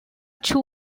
two